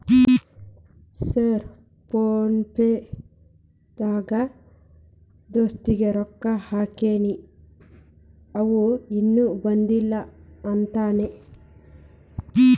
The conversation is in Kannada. ಸರ್ ಫೋನ್ ಪೇ ದಾಗ ದೋಸ್ತ್ ಗೆ ರೊಕ್ಕಾ ಹಾಕೇನ್ರಿ ಅಂವ ಇನ್ನು ಬಂದಿಲ್ಲಾ ಅಂತಾನ್ರೇ?